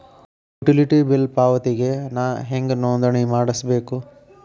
Utility bill ಪಾವತಿಗೆ ನಾ ಹೆಂಗ್ ನೋಂದಣಿ ಮಾಡ್ಸಬೇಕು?